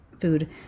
food